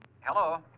Hello